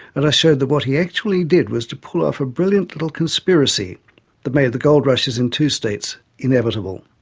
and i showed that what he actually did was to pull off a brilliant little conspiracy that made the gold rushes in two states inevitable.